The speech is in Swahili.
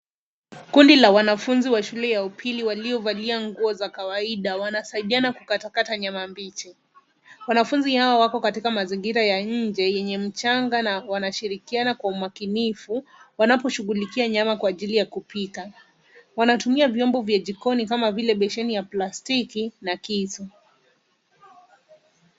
Kundi la wanafunzi wa shule ya upili waliovalia nguo za kawaida wanasaidiana kukata nyama mbichi. Wanafunzi hawa wako katika mazingira ya nje yenye mchanga na wanashirikiana kwa umakinifu wanaposhugulikia nyama kwa ajili ya kupika. Wanatumia vyombo vya jikoni kama vile vyombo ya plastiki na kisu.